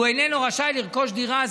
הוא איננו רשאי לרכוש דירה.